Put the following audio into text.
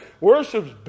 worships